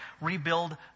rebuild